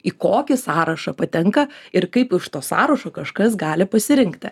į kokį sąrašą patenka ir kaip iš to sąrašo kažkas gali pasirinkti